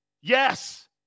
Yes